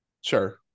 Sure